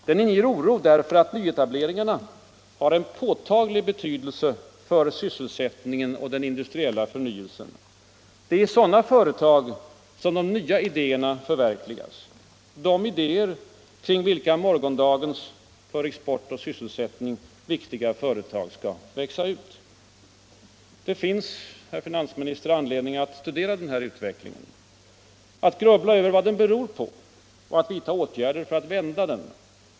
Den inger oro, bl.a. därför att nyetableringarna har en påtaglig betydelse för sysselsättningen och för den industriella förnyelsen. Det är i sådana företag som de nya idéerna förverkligas, de idéer kring vilka morgondagens för export och sysselsättning viktiga företag skall växa ut. Det finns, herr finansminister, anledning att studera den här utvecklingen, att grubbla över vad den beror på och att vidta åtgärder för att vände trenden.